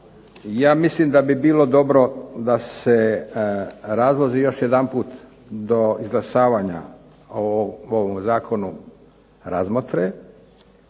ja mislim da bi bilo dobro da se razlozi još jedanput do izglasavanja o ovom zakonu razmotre,